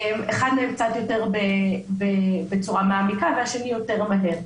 אחד מהם קצת יותר בצורה מעמיקה והשני יותר מהר.